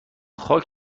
خاک